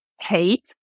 hate